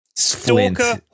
Stalker